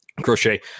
Crochet